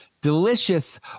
delicious